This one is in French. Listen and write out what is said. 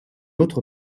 autre